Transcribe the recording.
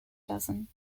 dozen